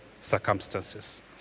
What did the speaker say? circumstances